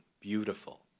beautiful